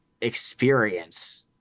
experience